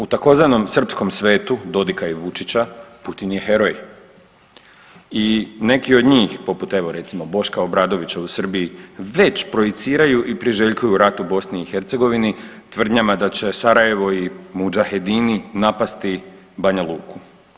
U tzv. srpskom svetu Dodika i Vučića Putin je heroj i neki od njih poput evo recimo Boška Obradovića u Srbiji već projiciraju i priželjkuju rat u BiH tvrdnjama da će Sarajevo i mudžahedini napasti Banja Luku.